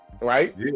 right